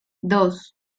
dos